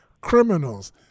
criminals